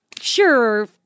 sure